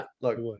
look